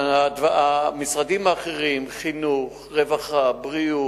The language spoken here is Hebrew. המשרדים האחרים, חינוך, רווחה, בריאות,